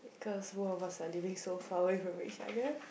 cause both of us are living so far away from each other